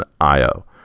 Io